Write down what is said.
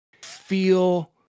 feel